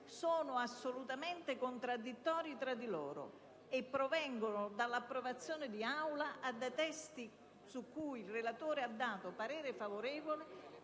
siano assolutamente contraddittori tra loro e provengano dall'approvazione in Aula di testi su cui il relatore ha dato parere favorevole